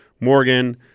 Morgan